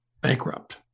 Bankrupt